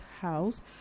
house